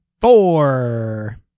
Four